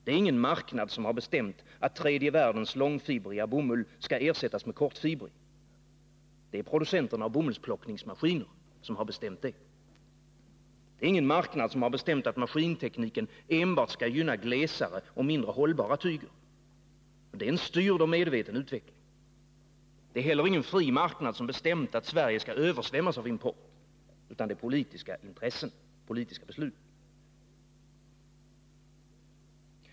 Det är ingen marknad som har bestämt att tredje världens långfibriga bomull skall ersättas med kortfibrig. Det är producenterna av bomullsplockningsmaskiner som har bestämt det. Det är ingen marknad som har bestämt att maskintekniken skall gynna enbart glesare och mindre hållbara tyger. Det är en styrd och medveten utveckling. Det är heller ingen fri marknad som har bestämt att Sverige skall översvämmas av import, utan det är politiska intressen.